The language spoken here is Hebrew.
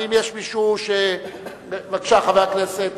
האם יש מישהו, בבקשה, חבר הכנסת